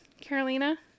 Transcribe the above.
carolina